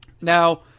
Now